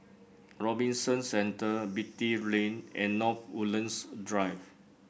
Robinson Centre Beatty Lane and North Woodlands Drive